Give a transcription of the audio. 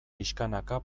pixkanaka